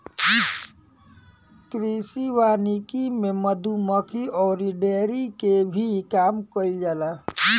कृषि वानिकी में मधुमक्खी अउरी डेयरी के भी काम कईल जाला